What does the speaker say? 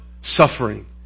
suffering